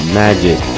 magic